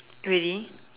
really